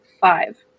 five